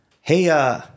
Hey